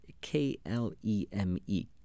K-L-E-M-E